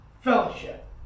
fellowship